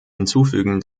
hinzufügen